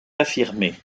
affirmée